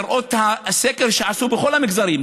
לראות את הסקר שעשו בכל המגזרים,